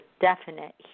definite